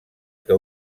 que